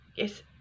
Yes